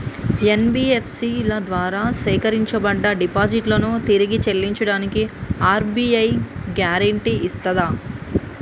NBFC ల ద్వారా సేకరించబడ్డ డిపాజిట్లను తిరిగి చెల్లించడానికి ఆర్.బి.ఐ గ్యారెంటీ ఇస్తదా?